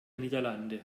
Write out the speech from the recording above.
niederlande